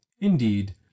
indeed